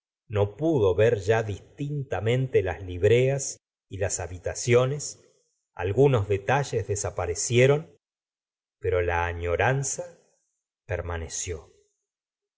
no pudo ver ya distintamente las libreas y las habitaciones algunos detalles desaparecieron pero la afioradza permaneció